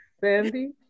Sandy